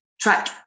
Track